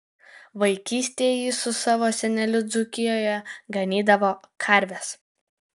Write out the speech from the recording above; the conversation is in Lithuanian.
vaikystėje jis su savo seneliu dzūkijoje ganydavo karves